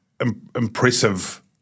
impressive